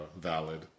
valid